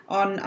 on